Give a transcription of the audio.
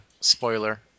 Spoiler